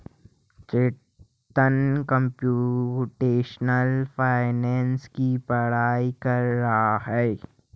चेतन computational finance की पढ़ाई कर रहा है